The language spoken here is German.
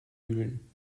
kühlen